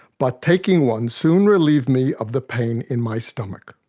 but taking one soon relieved me of the pain in my stomach.